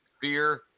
fear